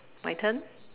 my turn